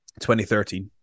2013